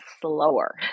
slower